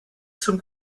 zum